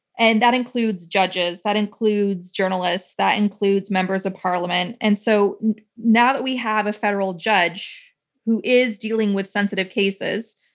and that includes judges, that includes journalists, that includes members of parliament. and so now that we have a federal judge who is dealing with sensitive cases,